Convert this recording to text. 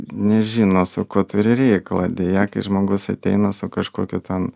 nežino su kuo turi reikalą deja kai žmogus ateina su kažkokia ten